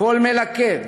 קול מלכד.